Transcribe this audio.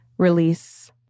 release